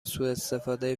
سوءاستفاده